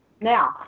Now